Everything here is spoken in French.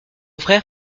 frère